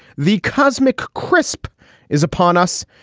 the cosmic crisp is upon us.